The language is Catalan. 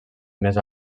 més